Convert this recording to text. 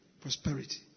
Prosperity